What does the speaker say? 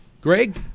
Greg